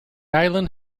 island